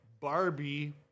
Barbie